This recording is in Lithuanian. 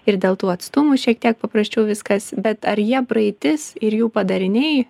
ir dėl tų atstumų šiek tiek paprasčiau viskas bet ar jie praeitis ir jų padariniai